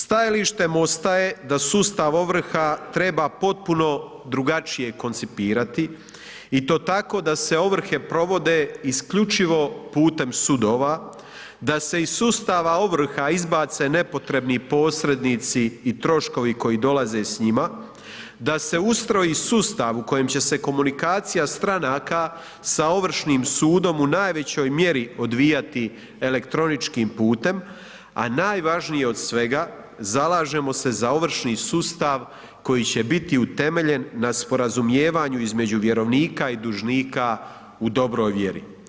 Stajalište MOST-a je da sustav ovrha treba potpuno drugačije koncipirati i to tako tako da se ovrhe provode isključivo putem sudova, da se iz sustava ovrha izbace nepotrebni posrednici i troškovi koji dolaze s njima, da se ustroji sustav u kojem će se komunikacija stranaka sa ovršnim sudom u najvećoj mjeri odvijati elektroničkim putem, a najvažnije od svega zalažemo se za ovršni sustav koji će biti utemeljen na sporazumijevanju između vjerovnika i dužnika u dobroj vjeri.